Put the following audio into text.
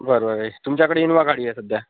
बरोबर आहे तुमच्याकडे इन्वा गाडी आहे सध्या